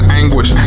anguish